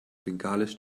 bengalisch